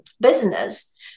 business